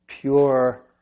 pure